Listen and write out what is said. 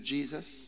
Jesus